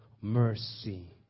mercy